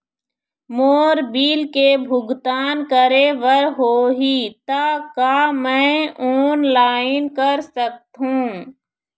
मोर bill के भुगतान करे बर होही ता का मैं ऑनलाइन कर सकथों?